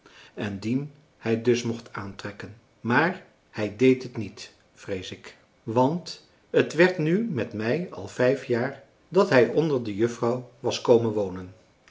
en dien hij dus mocht aantrekken maar hij deed het niet vrees ik want het werd nu met mei al vijf jaar dat hij onder de juffrouw was komen wonen